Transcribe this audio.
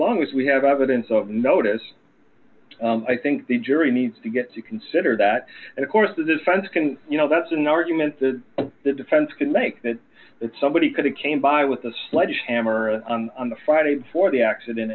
long as we have evidence of notice i think the jury needs to get to consider that and of course the defense can you know that's an argument that the defense can make that that somebody could it came by with the sledgehammer on the friday before the accident